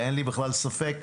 אין לי בכלל ספק.